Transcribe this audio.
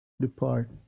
depart